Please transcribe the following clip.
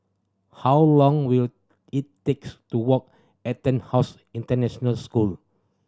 how long will it takes to walk EtonHouse International School